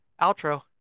outro